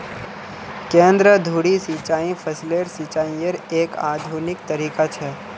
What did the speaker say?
केंद्र धुरी सिंचाई फसलेर सिंचाईयेर एक आधुनिक तरीका छ